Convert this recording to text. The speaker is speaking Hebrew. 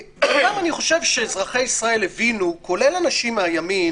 אני גם חושב שאזרחי ישראל, כולל אנשים מהימין,